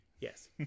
Yes